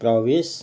प्रवेश